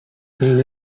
gain